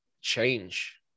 change